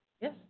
Yes